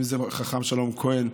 אם זה חכם שלום כהן,